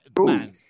Man